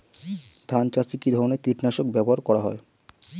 ধান চাষে কী ধরনের কীট নাশক ব্যাবহার করা হয়?